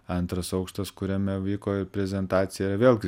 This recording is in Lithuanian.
antras aukštas kuriame vyko prezentacija vėlgi